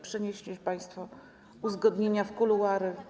Przenieście państwo uzgodnienia w kuluary.